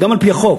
גם על-פי החוק.